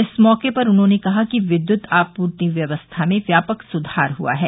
इस मौके पर उन्होंने कहा कि विद्युत आपूर्ति व्यवस्था में व्यापक सुधार हुआ है